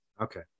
Okay